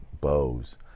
bows